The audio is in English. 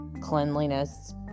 cleanliness